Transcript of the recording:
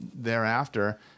thereafter